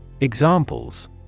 Examples